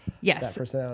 yes